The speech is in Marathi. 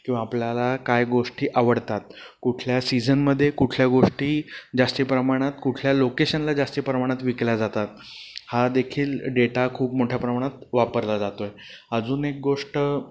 किंवा आपल्याला काय गोष्टी आवडतात कुठल्या सीझनमध्ये कुठल्या गोष्टी जास्ती प्रमाणात कुठल्या लोकेशनला जास्ती प्रमाणात विकल्या जातात हादेखील डेटा खूप मोठ्या प्रमाणात वापरला जातो आहे अजून एक गोष्ट